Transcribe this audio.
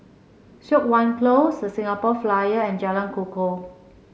Siok Wan Close The Singapore Flyer and Jalan Kukoh